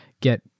get